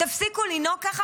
תפסיקו לנהוג ככה,